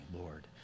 Lord